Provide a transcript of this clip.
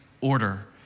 order